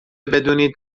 بدونید